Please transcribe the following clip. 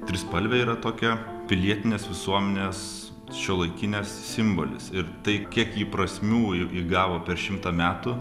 trispalvė yra tokia pilietinės visuomenės šiuolaikinės simbolis ir tai kiek ji prasmių į įgavo per šimtą metų